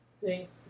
Thanks